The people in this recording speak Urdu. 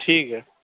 ٹھیک ہے